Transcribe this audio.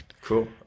Cool